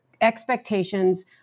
expectations